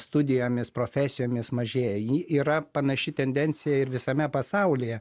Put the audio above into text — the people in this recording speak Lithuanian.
studijomis profesijomis mažėja ji yra panaši tendencija ir visame pasaulyje